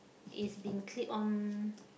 is being clip on